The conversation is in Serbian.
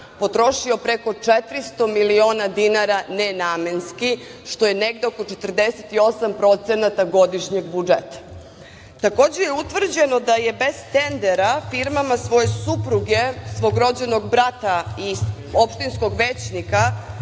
Potrošio je preko 400 miliona dinara nenamenski, što je negde oko 48% godišnjeg budžeta. Takođe je utvrđeno da je bez tendera firmama svoje supruge, svog rođenog brata i opštinskog većnika